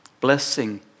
Blessing